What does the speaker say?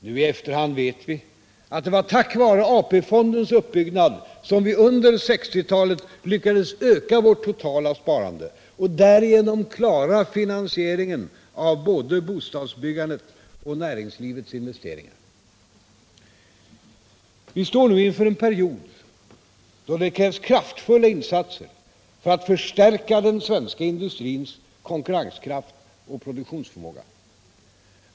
Nu i efterhand vet vi att det var tack vare AP-fondens uppbyggnad som vi under 1960-talet lyckades öka vårt totala sparande och därigenom klara finansieringen av både bostadsbyggandet och näringslivets investeringar. Vi står nu inför en period då det krävs kraftfulla insatser för att förstärka den svenska industrins konkurrenskraft och produktionsförmåga.